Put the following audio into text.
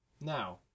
Now